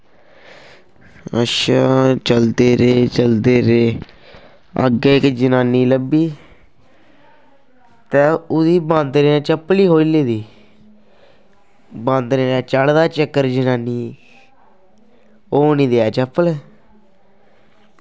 अच्छा चलदे रेह् चलदे रेह् अग्गैं इक जनानी लब्भी ते ओह्दी बांदरें चप्पल ई खोही लेदी बांदरैं ने चाढ़े दा चक्कर जनानी गी ओह् निं देऐ चप्पल